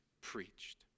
preached